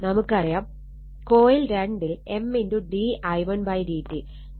നമുക്കറിയാം കോയിൽ രണ്ടിൽ M d i1 d t